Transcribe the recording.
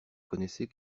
connaissez